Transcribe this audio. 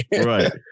Right